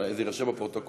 זה יירשם בפרוטוקול.